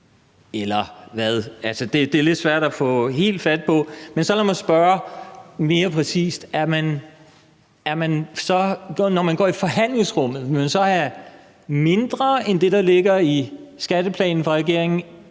det er lidt svært at få helt fat på. Men så lad mig spørge mere præcist. Når man går i forhandlingsrummet, vil man så have mindre end det, der ligger i skatteplanen fra regeringen